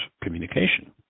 communication